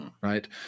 right